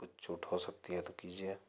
कुछ छूट हो सकती है तो कीजिए